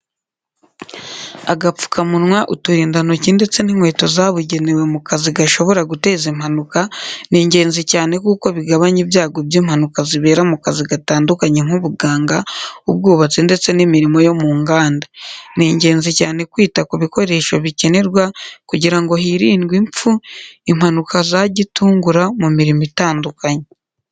Agapfukamunwa, uturindantoki ndetse n'inkweto zabugenewe mu kazi gashobora guteza impanuka ni ngenzi cyane kuko bigabanya ibyago by'impanuka zibera mu kazi gatandukanye nk'ubuganga, ubwubatsi ndetse n'imirimo yo mu nganda. Ni ingenzi cyane kwita ku bikoresho bikenerwa kugira ngo hirindwe impfu, impanuka za gitungura mu mirimo itandukanye.